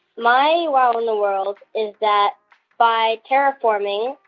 my wow in the world is that by terraforming,